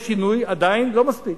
יש שינוי, עדיין לא מספיק.